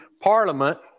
parliament